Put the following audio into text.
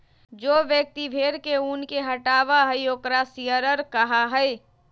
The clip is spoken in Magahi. जो व्यक्ति भेड़ के ऊन के हटावा हई ओकरा शियरर कहा हई